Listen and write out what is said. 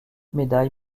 médailles